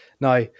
Now